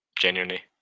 Genuinely